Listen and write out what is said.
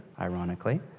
ironically